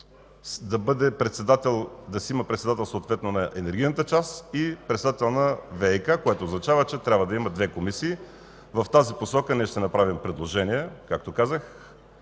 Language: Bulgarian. да има председател съответно на енергийната част и председател на ВиК, което означава, че трябва да има две комисии. В тази посока ще направим предложение, както казах,